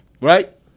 right